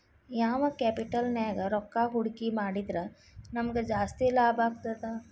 ಯಾವ್ ಕ್ಯಾಪಿಟಲ್ ನ್ಯಾಗ್ ರೊಕ್ಕಾ ಹೂಡ್ಕಿ ಮಾಡಿದ್ರ ನಮಗ್ ಜಾಸ್ತಿ ಲಾಭಾಗ್ತದ?